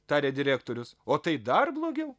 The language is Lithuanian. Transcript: tarė direktorius o tai dar blogiau